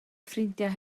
ffrindiau